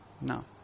No